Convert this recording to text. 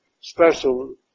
special